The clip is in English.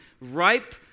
ripe